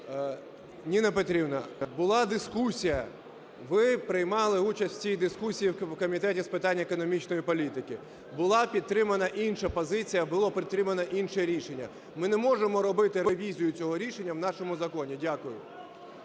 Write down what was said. Ніна Петрівна, була дискусія, ви приймали участь в цій дискусії в Комітеті з питань економічної політики. Була підтримана інша позиція, було підтримане інше рішення. Ми не можемо робити ревізію цього рішення в нашому законі. Дякую.